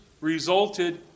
resulted